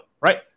right